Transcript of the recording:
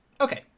okay